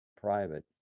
private